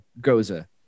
goza